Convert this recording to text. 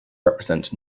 represent